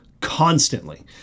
constantly